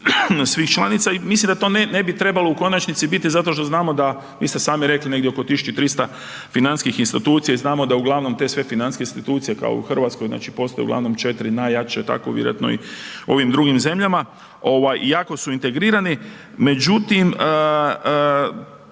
svih članica i mislim da to ne bi trebalo u konačnici biti zato što znamo da vi ste sami rekli, negdje oko 1300 financijskih institucija i znamo da uglavnom te sve financijske institucije kao u Hrvatskoj znači postoje uglavnom 4 najjače, tako vjerovatno i u ovim drugim zemljama, iako su integrirane međutim